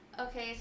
okay